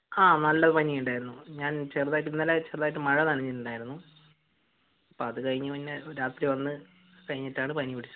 ആഹ് നല്ല പനി ഉണ്ടായിരുന്നു ഞാൻ ചെറുതായിട്ട് ഇന്നലെ ചെറുതായിട്ട് മഴ നനഞ്ഞിട്ടുണ്ടായിരുന്നു അപ്പോൾ അത് കഴിഞ്ഞ് പിന്നെ രാത്രി വന്ന് കഴിഞ്ഞിട്ടാണ് പനി പിടിച്ചത്